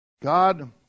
God